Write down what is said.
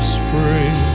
spring